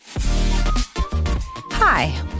Hi